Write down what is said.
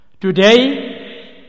Today